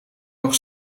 nog